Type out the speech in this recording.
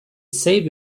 save